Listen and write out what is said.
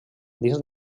dins